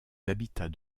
habitats